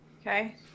Okay